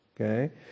Okay